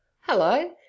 Hello